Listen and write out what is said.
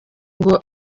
ngo